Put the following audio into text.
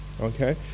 Okay